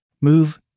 Move